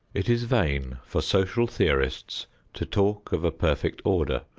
it is vain for social theorists to talk of a perfect order,